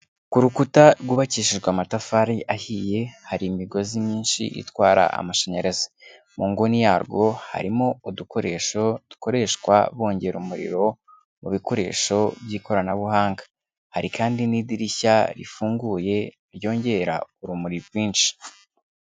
Ku rukuta rwubakishijwe amatafari ahiye, hari imigozi myinshi itwara amashanyarazi, mu nguni yarwo harimo udukoresho dukoreshwa bongera umuriro mu bikoresho by'ikoranabuhanga, hari kandi n'idirishya rifunguye ryongera urumuri rwinshi.